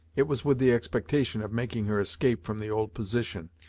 it was with the expectation of making her escape from the old position,